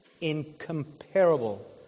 incomparable